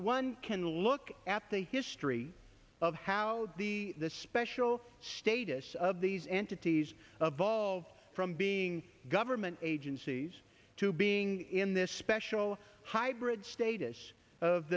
one can look at the history of how the special status of these entities of volved from being government agencies to being in this special hybrid status of